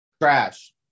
Trash